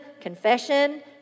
confession